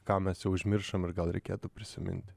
ką mes jau užmiršom ir gal reikėtų prisiminti